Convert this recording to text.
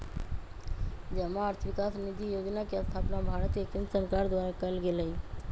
जमा अर्थ विकास निधि जोजना के स्थापना भारत के केंद्र सरकार द्वारा कएल गेल हइ